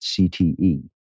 CTE